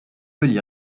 veulent